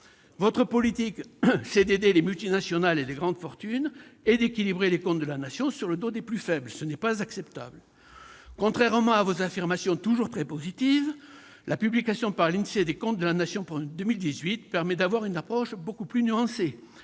Votre politique consiste à aider les multinationales, soutenir les grandes fortunes et équilibrer les comptes de la Nation sur le dos des plus faibles. Ce n'est pas acceptable ! Contrairement à vos affirmations toujours très positives, la publication par l'Insee des comptes de la Nation pour 2018 permet d'avoir une approche beaucoup plus nuancée